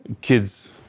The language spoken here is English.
Kids